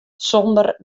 sonder